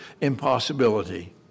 impossibility